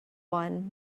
one